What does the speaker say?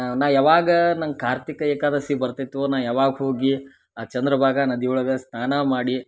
ನಾ ಯಾವಾಗಾ ನಂಗೆ ಕಾರ್ತಿಕ ಏಕಾದಶಿ ಬರ್ತಿತ್ತು ನಾ ಯಾವಾಗ ಹೋಗಿ ಆ ಚಂದ್ರಭಾಗ ನದಿವೊಳಗ ಸ್ನಾನ ಮಾಡಿ